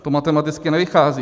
To matematicky nevychází.